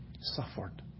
suffered